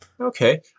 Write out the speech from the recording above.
Okay